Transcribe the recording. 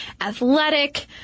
athletic